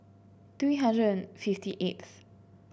three hundred and fifty eighth